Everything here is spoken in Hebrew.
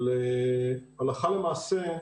הלכה למעשה,